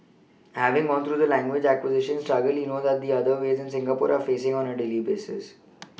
having gone through the language acquisition struggle he knows that the others in Singapore are facing on a daily basis